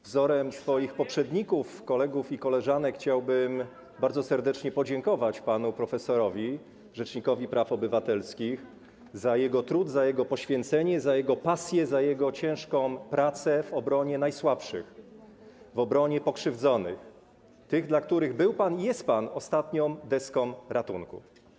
Wzorem swoich poprzedników, kolegów i koleżanek chciałbym bardzo serdecznie podziękować panu profesorowi, rzecznikowi praw obywatelskich za jego trud, za jego poświęcenie, za jego pasję, za jego ciężką pracę w obronie najsłabszych, w obronie pokrzywdzonych, tych, dla których był pan i jest pan ostatnią deską ratunku.